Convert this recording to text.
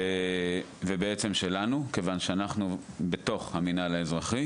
ובעצם שלנו, כיוון שאנחנו בתוך המינהל האזרחי